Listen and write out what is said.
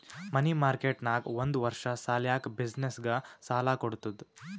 ಮನಿ market ನಾಗ್ ಒಂದ್ ವರ್ಷ ಸಲ್ಯಾಕ್ ಬಿಸಿನ್ನೆಸ್ಗ ಸಾಲಾ ಕೊಡ್ತುದ್